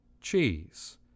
cheese